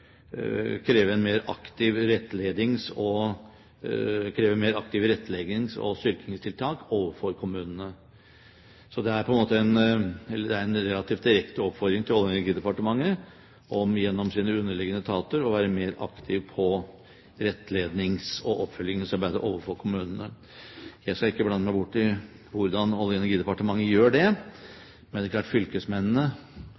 mer aktive rettlednings- og styrkingstiltak overfor kommunene. Det er en relativt direkte oppfordring til Olje- og energidepartementet om gjennom sine underliggende etater å være mer aktive i rettlednings- og oppfølgingsarbeidet overfor kommunene. Jeg skal ikke blande meg borti hvordan Olje- og energidepartementet gjør